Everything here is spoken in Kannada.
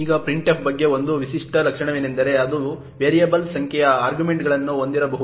ಈಗ printf ಬಗ್ಗೆ ಒಂದು ವಿಶಿಷ್ಟ ಲಕ್ಷಣವೆಂದರೆ ಅದು ವೇರಿಯಬಲ್ ಸಂಖ್ಯೆಯ ಆರ್ಗ್ಯುಮೆಂಟ್ಗಳನ್ನು ಹೊಂದಿರಬಹುದು